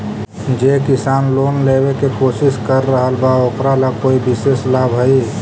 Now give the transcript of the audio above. जे किसान लोन लेवे के कोशिश कर रहल बा ओकरा ला कोई विशेष लाभ हई?